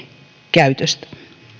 käytöstä